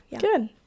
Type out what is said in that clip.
Good